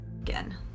again